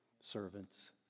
servants